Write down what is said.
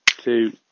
Two